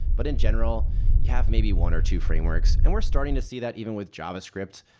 but in general you have maybe one or two frameworks, and we're starting to see that even with javascript.